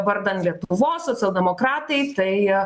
vardan lietuvos socialdemokratai tai